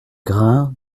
grain